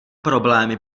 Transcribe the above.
problémy